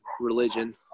religion